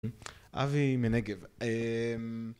אבי מנגב